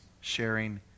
sharing